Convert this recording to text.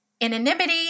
anonymity